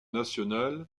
national